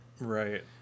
Right